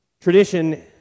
Tradition